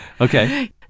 Okay